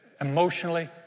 emotionally